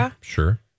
Sure